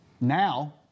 Now